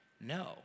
No